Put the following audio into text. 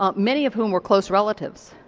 um many of whom were close relatives.